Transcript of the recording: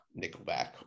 nickelback